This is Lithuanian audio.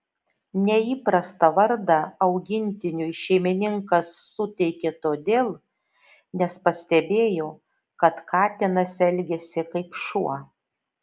neįprastą vardą augintiniui šeimininkas suteikė todėl nes pastebėjo kad katinas elgiasi kaip šuo